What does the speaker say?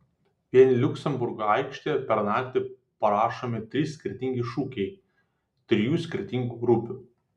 vien liuksemburgo aikštėje per naktį parašomi trys skirtingi šūkiai trijų skirtingų grupių